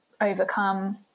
overcome